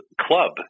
club